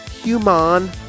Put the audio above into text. human